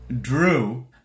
Drew